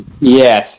Yes